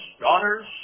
daughters